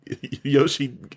Yoshi